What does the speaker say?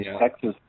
Texas